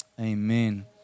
Amen